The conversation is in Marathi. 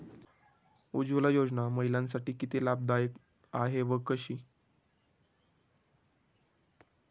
उज्ज्वला योजना महिलांसाठी किती लाभदायी आहे व कशी?